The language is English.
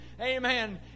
Amen